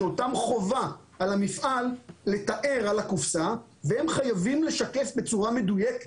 שיש חובה על המפעל לתאר על הקופסה והם חייבים לשקף בצורה מדויקת